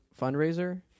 fundraiser